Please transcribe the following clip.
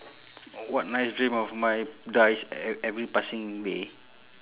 what nice dream of mine dies e~ every passing day